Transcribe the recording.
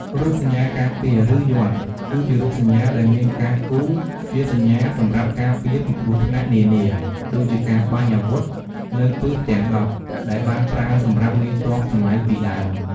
រូបសញ្ញាការពារ ឬ "យ័ន្ត" គឺជារូបសញ្ញាដែលមានការគូរជាសញ្ញាសម្រាប់ការពារពីគ្រោះថ្នាក់នានា ដូចជាការបាញ់អាវុធនៅទិសទាំងដប់ដែលបានប្រើសម្រាប់មេទ័ពសម័យពីដើម។